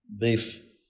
beef